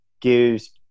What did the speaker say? gives